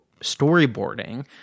storyboarding